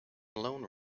lone